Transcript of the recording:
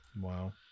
Wow